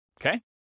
okay